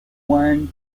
one